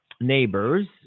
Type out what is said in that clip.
neighbors